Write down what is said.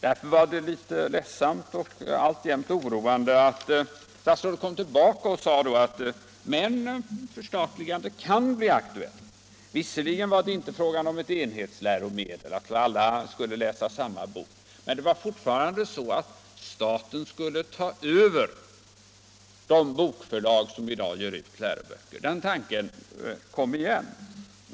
Därför var det litet ledsamt och alltjämt oroande att statsrådet kom tillbaka och sade att förstatligande kan bli aktuellt. Visserligen var det inte fråga om ett enhetsläromedel — att alla skulle läsa samma bok. Men det var fortfarande så att staten skulle ta över de bokförlag som i dag ger ut läroböcker. Den tanken kom igen.